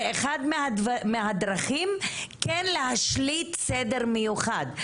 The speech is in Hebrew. זה אחת מהדרכים כן להשליט סדר מיוחד.